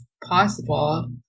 possible